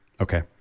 okay